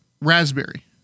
raspberry